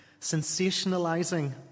Sensationalizing